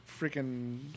freaking